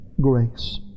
grace